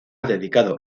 dedicado